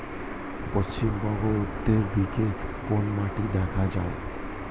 পশ্চিমবঙ্গ উত্তর দিকে কোন মাটি দেখা যায়?